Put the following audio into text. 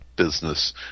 Business